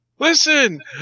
Listen